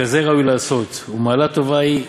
וכזה ראוי לעשות, ומעלה טובה היא,